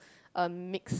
a mixed